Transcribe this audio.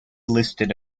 listed